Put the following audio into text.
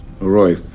Roy